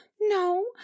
no